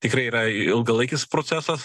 tikrai yra ilgalaikis procesas